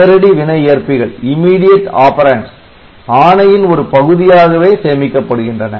நேரடி வினை ஏற்பிகள் ஆணையின் ஒரு பகுதியாகவே சேமிக்கப்படுகின்றன